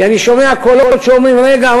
כי אני שומע קולות שאומרים: רגע,